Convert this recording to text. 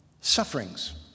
Sufferings